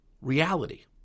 reality